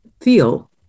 feel